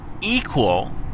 equal